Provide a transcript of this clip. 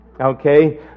Okay